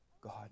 God